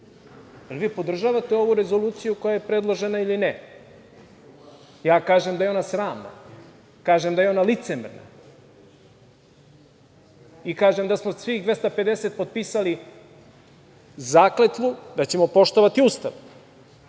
podržavate ovu rezoluciju koja je predložena ili ne? Ja kažem da je ona sramna, kažem da je ona licemerna i kažem da smo svih, 250, potpisali zakletvu da ćemo poštovati